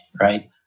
right